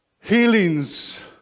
healings